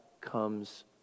comes